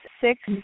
six